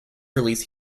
release